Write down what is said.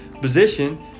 position